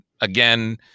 again